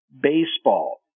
baseball